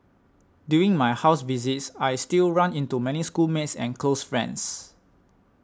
during my house visits I still run into many schoolmates and close friends